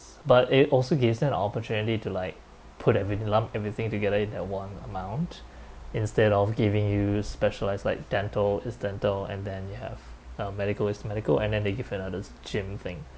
but it also gives them the opportunity to like put everything lump everything together in that one amount instead of giving you specialise like dental is dental and then you have uh medical is the medical and then they give you another gym thing